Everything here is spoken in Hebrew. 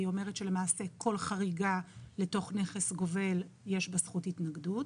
היא אומרת שלמעשה כל חריגה לתוך נכס גובל יש בה זכות התנגדות,